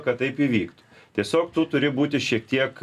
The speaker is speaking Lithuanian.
kad taip įvyktų tiesiog tu turi būti šiek tiek